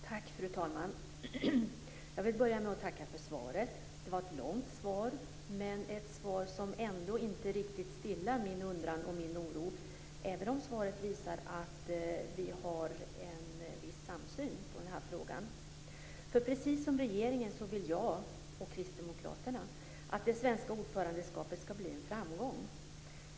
Fru talman! Jag vill börja med att tacka för svaret. Det var ett långt svar men ett svar som ändå inte riktigt stillar min undran och oro, även om svaret visar att vi har en viss samsyn i denna fråga. Precis som regeringen vill jag och vi kristdemokrater att det svenska ordförandeskapet skall bli en framgång.